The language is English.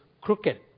crooked